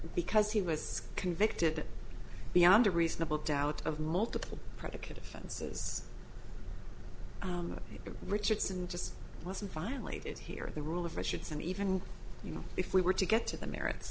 because he was convicted beyond a reasonable doubt of multiple predicative senses richardson just wasn't violated here the rule of richardson even if we were to get to the merits